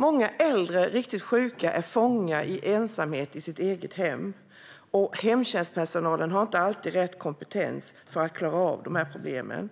Många äldre som är riktigt sjuka är fångna i ensamhet i sitt eget hem, och hemtjänstpersonalen har inte alltid rätt kompetens för att klara av problemen.